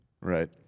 Right